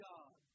God